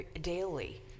daily